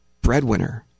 breadwinner